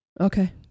Okay